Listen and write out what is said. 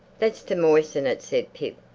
that's to moisten it, said pip,